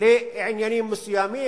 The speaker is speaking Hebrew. לעניינים מסוימים.